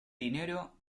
dinero